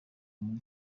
muri